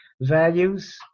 values